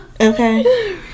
okay